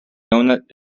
doughnut